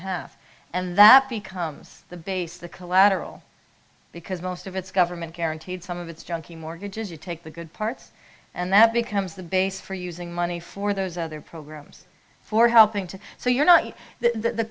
half and that becomes the base the collateral because most of it's government guaranteed some of it's junky mortgages you take the good parts and that becomes the basis for using money for those other programs for helping to so you're not